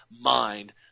mind